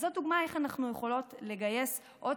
אז זאת דוגמה איך אנחנו יכולות לגייס עוד